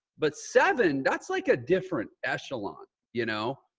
but seven that's like a different ashkelon, you know?